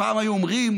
פעם היו אומרים: